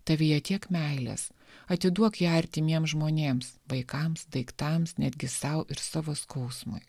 tavyje tiek meilės atiduok ją artimiems žmonėms vaikams daiktams netgi sau ir savo skausmui